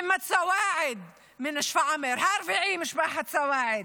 מוחמד סואעד משפרעם, הרביעי ממשפחת סואעד,